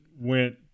went